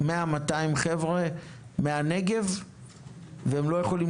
200-100 חבר'ה מהנגב והם לא יכולים